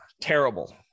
Terrible